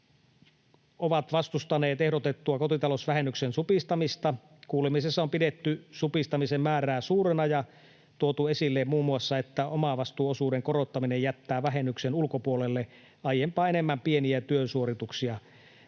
ovat vastustaneet ehdotettua kotitalousvähennyksen supistamista. Kuulemisissa on pidetty supistamisen määrää suurena ja tuotu esille muun muassa, että omavastuuosuuden korottaminen jättää vähennyksen ulkopuolelle aiempaa enemmän pieniä työsuorituksia.